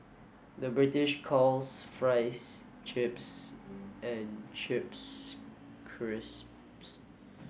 the British calls fries chips and chips crisps